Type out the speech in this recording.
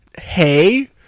hey